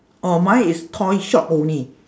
oh mine is toy shop only